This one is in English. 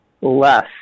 less